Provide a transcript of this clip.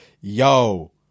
Yo